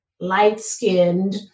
light-skinned